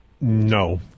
No